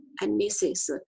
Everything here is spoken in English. analysis